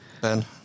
Ben